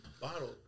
bottle